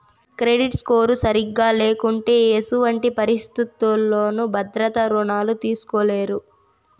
credit score సరిగా లేకుంటే ఎసుమంటి పరిస్థితుల్లోనూ భద్రత రుణాలు తీస్కోలేరు